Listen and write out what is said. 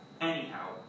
Anyhow